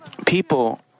People